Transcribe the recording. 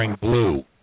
blue